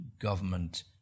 government